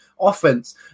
offense